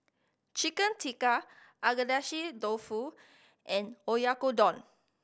Chicken Tikka Agedashi Dofu and Oyakodon